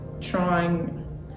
trying